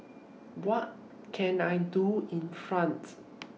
What Can I Do in France